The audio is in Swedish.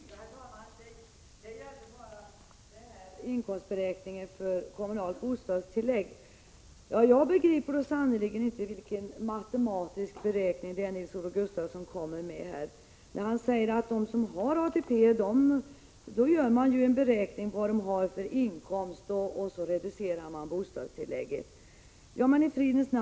Herr talman! När det gäller inkomstberäkningen för kommunalt bostadstillägg begriper jag sannerligen inte, vilken matematisk beräkning Nils-Olof Gustafsson har gjort. Han säger, att det för dem som har ATP görs en beräkning av vad de har för inkomst och att bostadstillägget sedan reduceras.